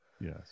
yes